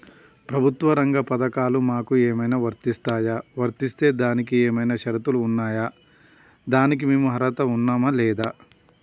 ప్రభుత్వ రంగ పథకాలు మాకు ఏమైనా వర్తిస్తాయా? వర్తిస్తే దానికి ఏమైనా షరతులు ఉన్నాయా? దానికి మేము అర్హత ఉన్నామా లేదా?